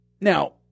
Now